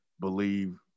believe